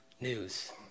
news